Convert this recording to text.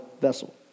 vessel